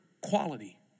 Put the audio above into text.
quality